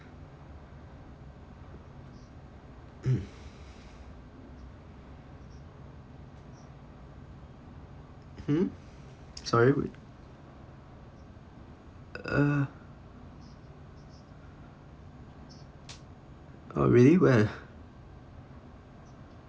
hmm sorry what uh oh really where